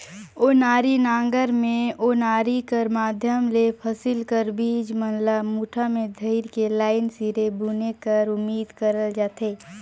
ओनारी नांगर मे ओनारी कर माध्यम ले फसिल कर बीज मन ल मुठा मे धइर के लाईन सिरे बुने कर उदिम करल जाथे